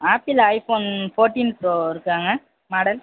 apple iPhone fourteen Pro இருக்காங்க model